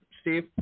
Steve